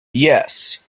yes